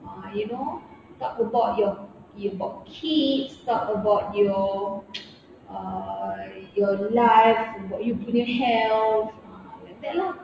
ah you know talk about your you got kids talk about your uh your life about you punya health uh like that lah